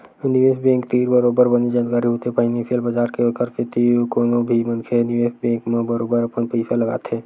निवेस बेंक तीर बरोबर बने जानकारी होथे फानेंसियल बजार के ओखर सेती कोनो भी मनखे ह निवेस बेंक म बरोबर अपन पइसा लगाथे